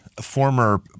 former